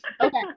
Okay